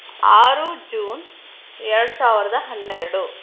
ಆರು ಜೂನ್ ಎರಡು ಸಾವಿರದ ಹನ್ನೆರಡು